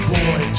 boy